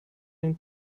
den